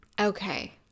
Okay